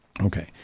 Okay